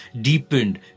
deepened